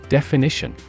Definition